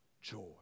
joy